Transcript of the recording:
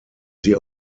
sie